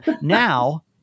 Now